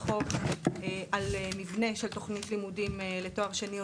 החוק על מבנה של תוכנית לימודים לתואר שני,